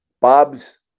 Bob's